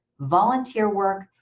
volunteer work,